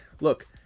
Look